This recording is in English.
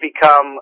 become